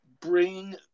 bring